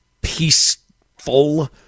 peaceful